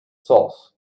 sauce